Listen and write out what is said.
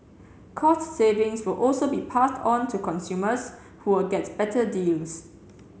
cost savings will also be passed onto consumers who will get better deals